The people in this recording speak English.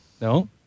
No